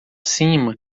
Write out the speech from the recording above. cima